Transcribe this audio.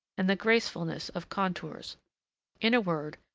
and the gracefulness of contours in a word,